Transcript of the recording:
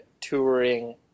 touring